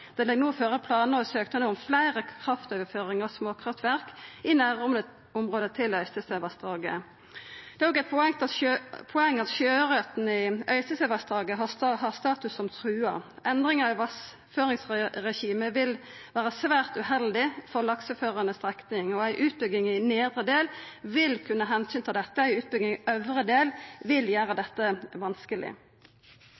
om fleire kraftoverføringar frå småkraftverk i nærområdet til Øystesevassdraget. Det er òg eit poeng at sjøauren i Øystesevassdraget har status som trua. Endringar i vassføringsregimet vil vera svært uheldig for den lakseførande strekninga. Ei utbygging i den nedre delen vil kunna ta omsyn til dette. Ei utbygging i den øvre delen vil gjera